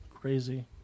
crazy